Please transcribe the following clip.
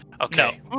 Okay